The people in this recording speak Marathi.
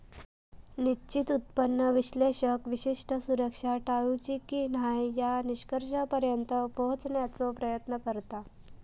निश्चित उत्पन्न विश्लेषक विशिष्ट सुरक्षा टाळूची की न्हाय या निष्कर्षापर्यंत पोहोचण्याचो प्रयत्न करता